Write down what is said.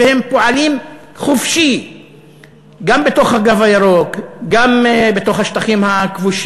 והם פועלים חופשי גם בתוך הקו הירוק וגם בתוך השטחים הכבושים.